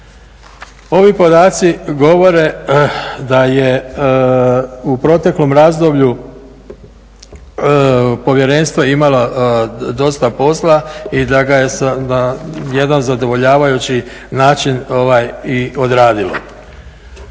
Ovi podaci govore da je u proteklom razdoblju povjerenstvo imalo dosta posla i da ga je na jedan zadovoljavajući i odradilo.